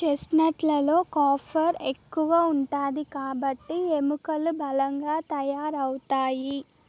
chestnut లలో copper ఎక్కువ ఉంటాది కాబట్టి ఎముకలు బలంగా తయారవుతాయి